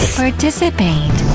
participate